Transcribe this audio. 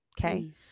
okay